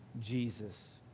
Jesus